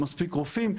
עם מספיק רופאים,